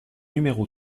numéro